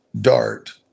dart